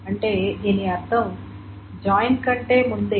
అంటే దీని అర్థం జాయిన్ కంటే ముందే